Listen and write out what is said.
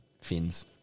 Fins